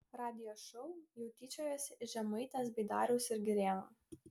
radijo šou jau tyčiojasi iš žemaitės bei dariaus ir girėno